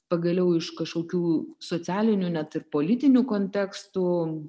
pagaliau iš kažkokių socialinių net ir politinių kontekstų